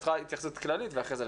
את יכולה התייחסות כללית ואחרי זה .